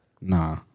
Nah